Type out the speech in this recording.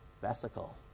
vesicle